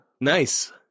Nice